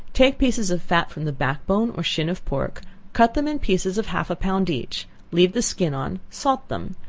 take pieces of fat from the back bone, or chine of pork cut them in pieces of half a pound each leave the skin on salt them.